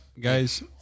guys